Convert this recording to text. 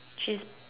she's